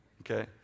okay